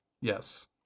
Yes